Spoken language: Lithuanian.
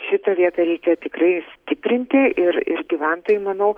šitą vietą reikia tikrai stiprinti ir ir gyventojai manau